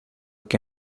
que